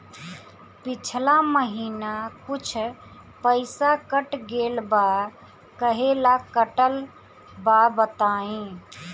पिछला महीना कुछ पइसा कट गेल बा कहेला कटल बा बताईं?